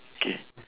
okay